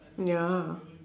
ya